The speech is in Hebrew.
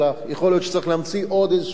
יכול להיות שצריך להמציא עוד איזה כלי,